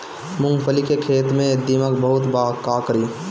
मूंगफली के खेत में दीमक बहुत बा का करी?